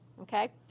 Okay